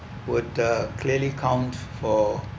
would the clearly count for